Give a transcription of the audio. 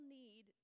need